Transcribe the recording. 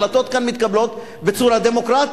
החלטות מתקבלות כאן בצורה דמוקרטית,